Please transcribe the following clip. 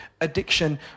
addiction